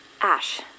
Ash